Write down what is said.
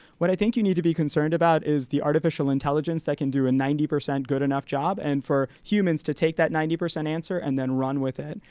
what i think you need to be concerned about is the artificial intelligence that can do a ninety percent good enough job. and for humans to take that ninety percent answer and then run with it.